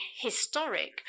historic